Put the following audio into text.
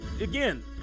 again